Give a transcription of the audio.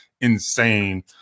insane